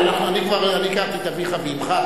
אבל אני הכרתי את אביך ואמך,